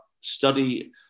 study